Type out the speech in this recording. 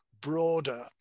broader